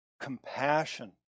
compassion